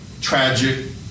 tragic